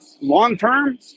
long-term